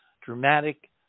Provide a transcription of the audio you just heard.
dramatic